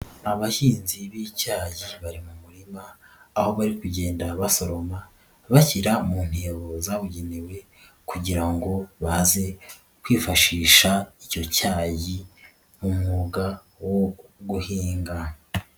Abahinzi b'icyayi bari mu murima, aho bari kugenda basoroma bashyira mu ntebo zabugenewe kugira ngo baze kwifashisha icyo cyayi nk'umwuga wo guhinga.